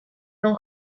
non